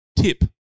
tip